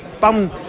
bum